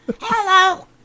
Hello